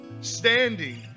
standing